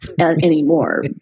anymore